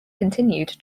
continued